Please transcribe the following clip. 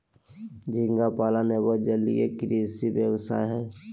झींगा पालन एगो जलीय कृषि व्यवसाय हय